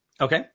Okay